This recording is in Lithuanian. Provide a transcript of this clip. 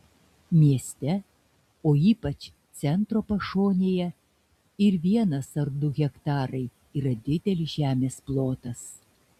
mieste o ypač centro pašonėje ir vienas ar du hektarai yra didelis žemės plotas